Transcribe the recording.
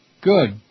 Good